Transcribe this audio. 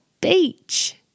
beach